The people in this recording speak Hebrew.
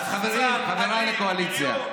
יא שחצן, אלים, בריון.